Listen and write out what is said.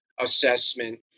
assessment